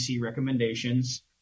recommendations